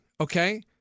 okay